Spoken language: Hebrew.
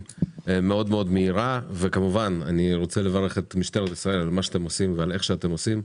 מאוד מהירה וכמובן אני מברך את משטרת ישראל על מה ועל איך שאתם עושים.